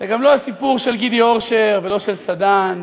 זה גם לא הסיפור של גידי אורשר ולא של סדן.